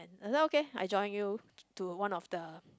okay I join you to one of the